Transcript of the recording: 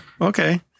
okay